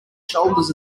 shoulders